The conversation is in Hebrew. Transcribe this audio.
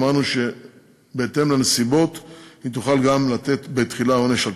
אמרנו שבהתאם לנסיבות היא תוכל גם לתת בתחילה עונש על-תנאי.